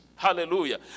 Hallelujah